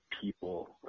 people